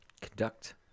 Conduct